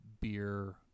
beer